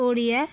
Odia